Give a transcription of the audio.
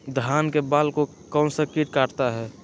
धान के बाल को कौन सा किट काटता है?